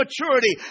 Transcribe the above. maturity